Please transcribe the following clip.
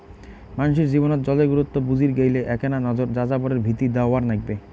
মানষির জীবনত জলের গুরুত্ব বুজির গেইলে এ্যাকনা নজর যাযাবরের ভিতি দ্যাওয়ার নাইগবে